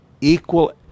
equal